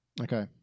Okay